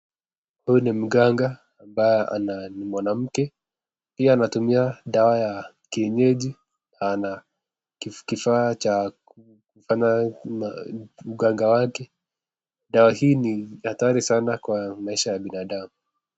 Huyu ni mganga ambaye ni mwanamke pia anatumia dawa ya kienyeji anakifaa cha kufanya uganga wake dawa hii ni hatari sana kwa maisha ya binadamu.